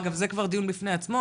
אגב זה כבר דיון בפני עצמו,